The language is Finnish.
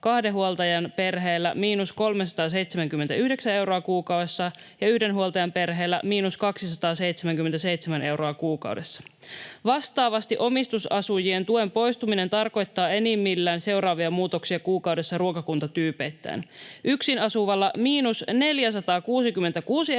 kahden huoltajan perheillä miinus 379 euroa kuukaudessa ja yhden huoltajan perheillä miinus 277 euroa kuukaudessa. Vastaavasti omistusasujien tuen poistuminen tarkoittaa enimmillään seuraavia muutoksia kuukaudessa ruokakuntatyypeittäin: Yksin asuvilla miinus 466 euroa